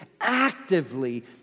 actively